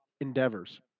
endeavors